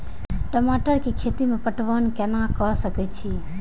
टमाटर कै खैती में पटवन कैना क सके छी?